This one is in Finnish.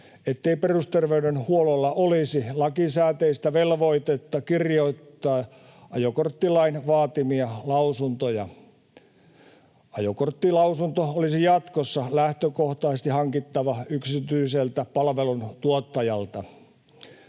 ettei perusterveydenhuollolla olisi lakisääteistä velvoitetta kirjoittaa ajokorttilain vaatimia lausuntoja. Ajokorttilausunto olisi jatkossa lähtökohtaisesti hankittava yksityiseltä palveluntuottajalta.